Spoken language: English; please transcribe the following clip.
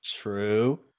True